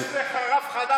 יש לך רב חדש עכשיו.